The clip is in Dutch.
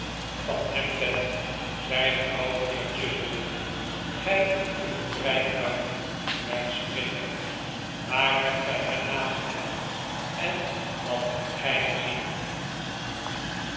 van maarten chuzzlewit hem ben zei de oude heer chuzzlewit rr gij kunt vrijuit met mij spreken waar hebt gij hem nagegaan en wat hebt gij gezien